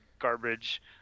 garbage